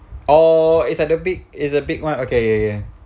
oh is at the big is a big one okay okay k